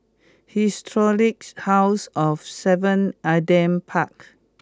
Historic House of seven Adam Park